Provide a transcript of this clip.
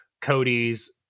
Cody's